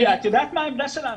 את יודעת מה העמדה שלנו.